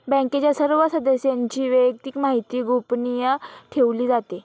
बँकेच्या सर्व सदस्यांची वैयक्तिक माहिती गोपनीय ठेवली जाते